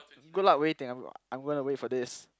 good luck waiting I'm I'm gonna wait for this